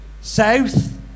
South